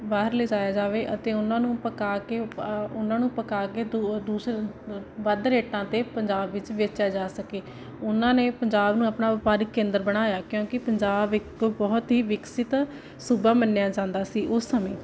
ਬਾਹਰ ਲਿਜਾਇਆ ਜਾਵੇ ਅਤੇ ਉਹਨਾਂ ਨੂੰ ਪਕਾ ਕੇ ਆ ਉਹਨਾਂ ਨੂੰ ਪਕਾ ਕੇ ਦੂ ਦੂਸਰੇ ਵੱਧ ਰੇਟਾਂ 'ਤੇ ਪੰਜਾਬ ਵਿੱਚ ਵੇਚਿਆ ਜਾ ਸਕੇ ਉਹਨਾਂ ਨੇ ਪੰਜਾਬ ਨੂੰ ਆਪਣਾ ਵਪਾਰਿਕ ਕੇਂਦਰ ਬਣਾਇਆ ਕਿਉਂਕਿ ਪੰਜਾਬ ਇੱਕ ਬਹੁਤ ਹੀ ਵਿਕਸਿਤ ਸੂਬਾ ਮੰਨਿਆ ਜਾਂਦਾ ਸੀ ਉਸ ਸਮੇਂ